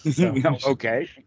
Okay